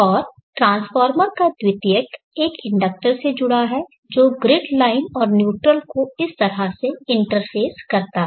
और ट्रांसफॉर्मर का द्वितीयक एक इंडक्टर से जुड़ा है जो ग्रिड लाइन और न्यूट्रल को इस तरह से इंटरफ़ेस करता है